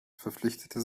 verpflichtete